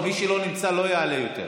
מי שלא נמצא לא יעלה יותר.